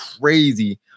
crazy